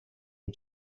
you